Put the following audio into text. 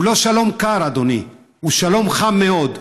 הוא לא שלום קר, אדוני, הוא שלום חם מאוד.